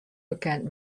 bekend